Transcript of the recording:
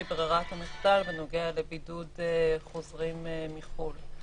ברירת המחדל בנוגע לבידוד חוזרים מחו"ל.